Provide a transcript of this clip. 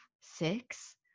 six